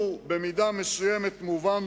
הוא במידה מסוימת מובן,